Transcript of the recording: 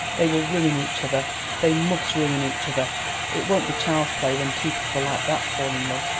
they will ruin each other they must ruin each other it won't be child's play when two people like that fall in love.